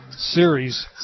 Series